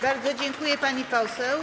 Bardzo dziękuję, pani poseł.